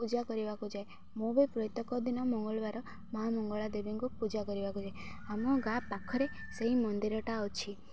ପୂଜା କରିବାକୁ ଯାଏ ମୁଁ ବି ପ୍ରତ୍ୟେକ ଦିନ ମଙ୍ଗଳବାର ମା ମଙ୍ଗଳା ଦେବୀଙ୍କୁ ପୂଜା କରିବାକୁ ଯାଏ ଆମ ଗାଁ ପାଖରେ ସେହି ମନ୍ଦିରଟା ଅଛି